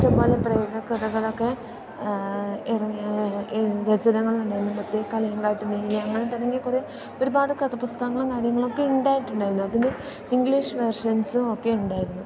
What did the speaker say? ഇഷ്ടംപോലെ പ്രേതക്കഥകളൊക്കെ രചനകൾ കള്ളിയങ്കാട്ട് നീലി അങ്ങനെ തുടങ്ങി കുറേ ഒരുപാട് കഥാപുസ്തകങ്ങളും കാര്യങ്ങളൊക്കെ ഉണ്ടായിട്ടുണ്ടായിരുന്നു അതിൻ്റെ ഇംഗ്ലീഷ് വേർഷൻസും ഒക്കെ ഉണ്ടായിരുന്നു